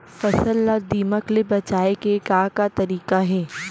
फसल ला दीमक ले बचाये के का का तरीका हे?